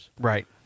right